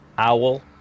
Owl